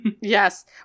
Yes